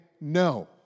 no